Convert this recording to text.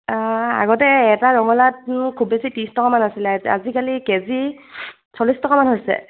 আগতে এটা ৰঙালাউত খুব বেছি ত্ৰিছ টকা মান আছিলে আজিকালি কেজি চল্লিছ টকামান হৈছে